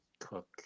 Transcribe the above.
cook